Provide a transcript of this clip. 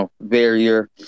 barrier